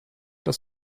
das